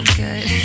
good